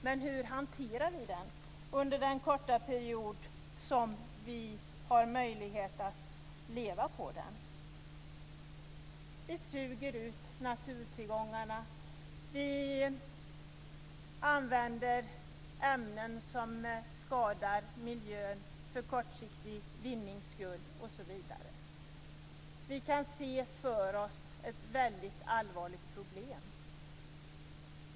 Men hur hanterar vi den under den korta period som vi har möjlighet att leva på den? Vi suger ut naturtillgångarna; vi använder ämnen som skadar miljön för kortsiktig vinnings skull, osv. Vi kan se för oss ett väldigt allvarligt problem.